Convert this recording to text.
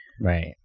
Right